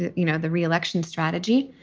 you know, the re-election strategy.